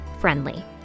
friendly